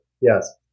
Yes